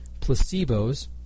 placebos